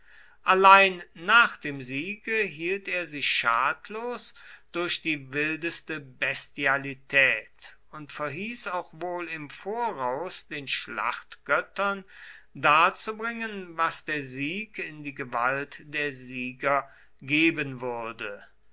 allein nach dem siege hielt er sich schadlos durch die wildeste bestialität und verhieß auch wohl im voraus den schlachtgöttern darzubringen was der sieg in die gewalt der sieger geben würde